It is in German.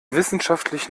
wissenschaftlich